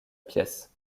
pièce